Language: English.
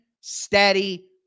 steady